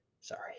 Sorry